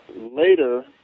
later